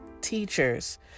teachers